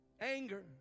Anger